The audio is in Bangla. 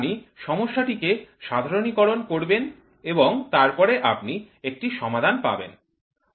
আপনি সমস্যাটিকে সাধারণীকরণ করবেন এবং তারপরে আপনি একটি সমাধান পাবেন